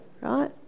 right